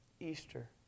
Easter